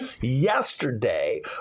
Yesterday